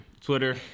Twitter